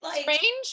Strange